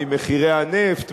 ממחירי הנפט,